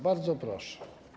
Bardzo proszę.